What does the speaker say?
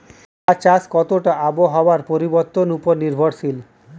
চা চাষ কতটা আবহাওয়ার পরিবর্তন উপর নির্ভরশীল?